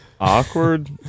Awkward